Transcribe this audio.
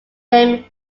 name